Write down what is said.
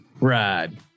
ride